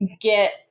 get